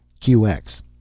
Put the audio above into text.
QX